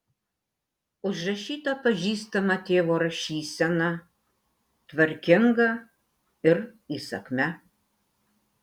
užrašyta pažįstama tėvo rašysena tvarkinga ir įsakmia